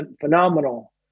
phenomenal